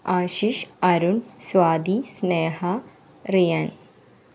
Ashish Arun Swathi Sneha Riyan